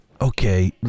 okay